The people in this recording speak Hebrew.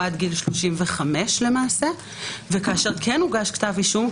הוא למעשה עד גיל 35 וכאשר כן הוגש כתב אישום,